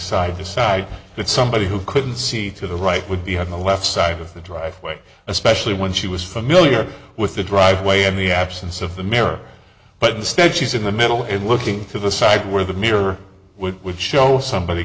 side to side but somebody who couldn't see through the right would be on the left side of the driveway especially when she was familiar with the driveway in the absence of the mirror but instead she's in the middle of it looking to the side where the mirror would show somebody